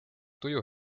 tuju